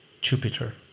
Jupiter